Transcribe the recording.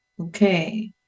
Okay